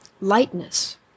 lightness